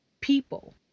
people